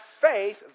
faith